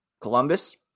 Columbus